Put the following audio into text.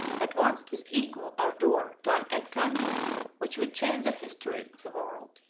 advanced with equal ardor to an encounter which would change the history of the world.